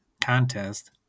contest